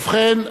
ובכן,